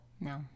No